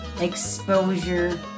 exposure